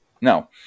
no